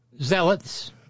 zealots